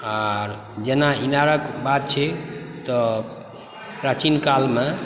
आर जेना इनारक बात छै तऽ प्राचीन कालमे